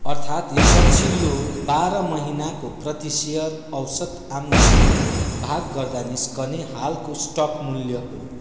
अर्थात् यो पछिल्लो बाह्र महिनाको प्रति सेयर औसत आम्दानीले भाग गर्दा निस्कने हालको स्टक मूल्य हो